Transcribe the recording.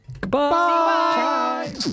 goodbye